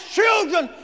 children